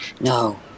No